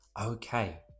Okay